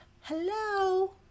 hello